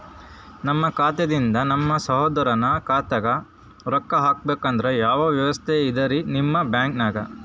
ನಮ್ಮ ಖಾತಾದಿಂದ ನಮ್ಮ ಸಹೋದರನ ಖಾತಾಕ್ಕಾ ರೊಕ್ಕಾ ಹಾಕ್ಬೇಕಂದ್ರ ಯಾವ ವ್ಯವಸ್ಥೆ ಇದರೀ ನಿಮ್ಮ ಬ್ಯಾಂಕ್ನಾಗ?